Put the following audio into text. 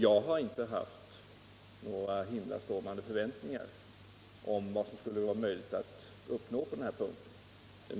Jag har inte haft några himlastormande förväntningar om vad som skulle vara möjligt att uppnå på den punkten.